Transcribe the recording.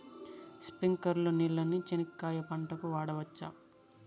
స్ప్రింక్లర్లు నీళ్ళని చెనక్కాయ పంట కు వాడవచ్చా?